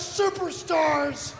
superstars